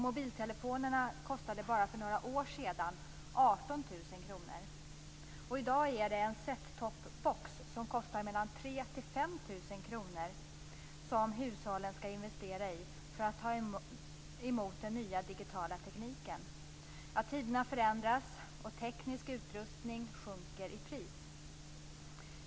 Mobiltelefonerna kostade för bara några år sedan 18 000 kr. I dag skall hushållen investera i en set top-box som kostar mellan 3 000 och Tiderna förändras, och teknisk utrustning sjunker i pris.